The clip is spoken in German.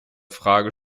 frage